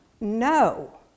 No